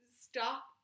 stop